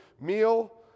meal